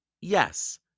Yes